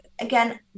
again